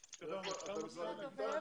שזה,